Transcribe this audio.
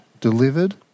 delivered